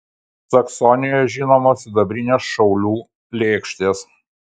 saksonijoje žinomos sidabrinės šaulių lėkštės